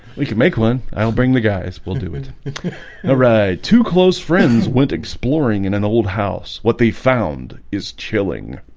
we can make one. i don't bring the guys we'll do it all ah right two close friends went exploring in an old house what they found is chilling